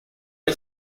hay